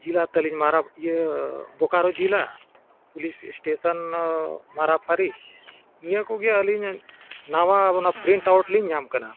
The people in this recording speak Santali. ᱡᱮᱞᱟ ᱛᱟᱹᱞᱤᱧ ᱢᱟ ᱤᱭᱟᱹ ᱵᱳᱠᱟᱨᱳ ᱡᱮᱞᱟ ᱯᱩᱞᱤᱥ ᱥᱴᱮᱥᱚᱱ ᱢᱟᱨᱟᱯᱷᱟᱨᱤ ᱱᱤᱭᱟᱹ ᱠᱚᱜᱮ ᱟᱹᱞᱤᱧ ᱱᱟᱣᱟ ᱚᱱᱟ ᱯᱨᱤᱱᱴ ᱟᱣᱩᱴ ᱞᱤᱧ ᱧᱟᱢ ᱠᱟᱱᱟ